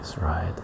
right